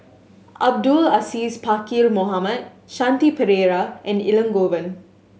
Abdul Aziz Pakkeer Mohamed Shanti Pereira and Elangovan